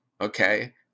Okay